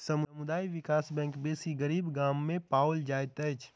समुदाय विकास बैंक बेसी गरीब गाम में पाओल जाइत अछि